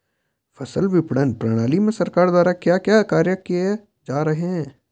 फसल विपणन प्रणाली में सरकार द्वारा क्या क्या कार्य किए जा रहे हैं?